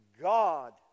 God